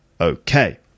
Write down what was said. Okay